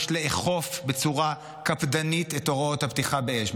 יש לאכוף בצורה קפדנית את הוראות הפתיחה באש.